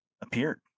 appeared